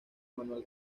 manuel